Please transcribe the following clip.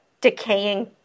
decaying